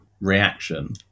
reaction